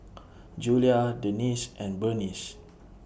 Julia Denese and Burnice